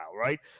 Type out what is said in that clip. right